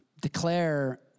declare